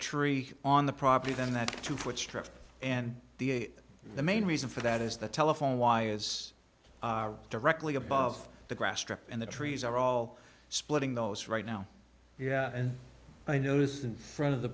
tree on the property than that two foot strip and the main reason for that is the telephone wires are directly above the grass strip and the trees are all splitting those right now and i noticed in front of the